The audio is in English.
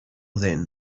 then